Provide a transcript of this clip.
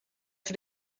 for